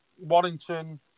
Warrington